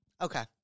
Okay